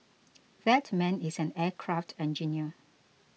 that man is an aircraft engineer